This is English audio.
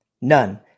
None